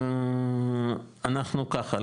אנחנו ככה,